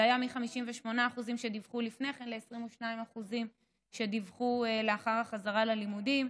מ-58% שדיווחו לפני כן ל-22% שדיווחו לאחר החזרה ללימודים,